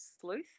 Sleuth